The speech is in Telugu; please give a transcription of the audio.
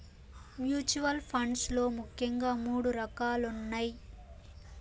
మ్యూచువల్ ఫండ్స్ లో ముఖ్యంగా మూడు రకాలున్నయ్